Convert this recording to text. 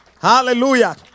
hallelujah